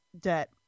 debt